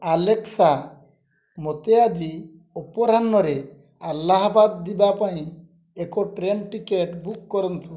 Alexa ମୋତେ ଆଜି ଅପରାହ୍ନରେ ଆଲାହାବାଦ ଯିବା ପାଇଁ ଏକ ଟ୍ରେନ୍ ଟିକେଟ୍ ବୁକ୍ କରନ୍ତୁ